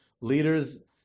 leaders